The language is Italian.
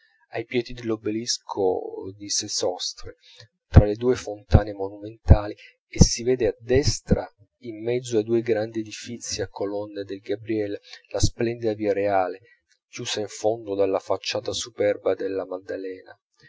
ai piedi dell'obelisco di sesostri fra le due fontane monumentali e si vede a destra in mezzo ai due grandi edifizii a colonne del gabriel la splendida via reale chiusa in fondo dalla facciata superba della maddalena